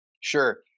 Sure